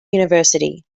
university